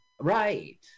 right